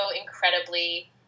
incredibly